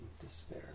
despair